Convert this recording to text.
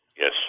Yes